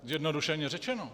Zjednodušeně řečeno.